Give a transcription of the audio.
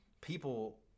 people